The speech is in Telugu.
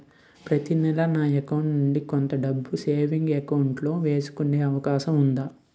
ప్రతి నెల నా అకౌంట్ నుండి కొంత డబ్బులు సేవింగ్స్ డెపోసిట్ లో వేసుకునే అవకాశం ఉందా?